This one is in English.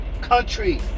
country